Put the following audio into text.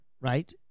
right